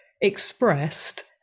expressed